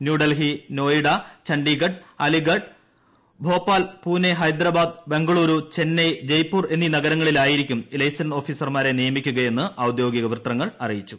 ന്യൂഡൽഹി നോയ്ഡ ഛണ്ഡിഗഡ് അലിഗർ ഭോപ്പാൽ പൂനെ ഹൈദ്രബാദ് ബംങ്കളുരു ചെന്നൈ ജയ്പൂർ എന്നീ നഗരങ്ങളിലായിരിക്കും ലെയ്സൻ ഓഫീസർമാരെ നിയമിക്കുകയെന്ന് ഔദ്യോഗിക വൃത്തങ്ങൾ അറിയിച്ചു